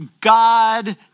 God